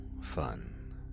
fun